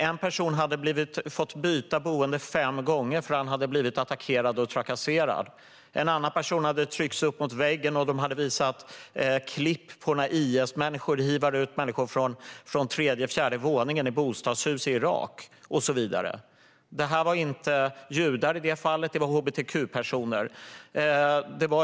En person hade fått byta boende fem gånger för att han hade blivit attackerad och trakasserad, en annan person hade tryckts upp mot väggen medan man visat klipp på när IS-människor hivar ut människor från tredje eller fjärde våningen i bostadshus i Irak och så vidare. Det var alltså inte judar i det fallet, utan hbtq-personer.